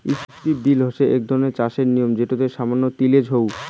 strip drill হসে আক ধরণের চাষের নিয়ম যেটোতে সামান্য তিলেজ হউ